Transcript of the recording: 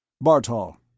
Bartol